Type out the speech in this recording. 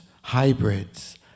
hybrids